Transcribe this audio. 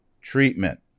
treatment